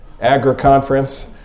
agri-conference